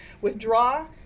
Withdraw